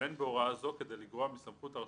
אנחנו ממילא נייחד דיון מיוחד למסגרות המשך.